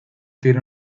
tiene